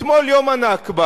אתמול, יום הנכבה,